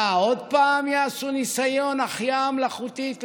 אה, עוד פעם יעשו ניסיון החייאה מלאכותית למפעל?